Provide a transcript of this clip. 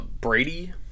Brady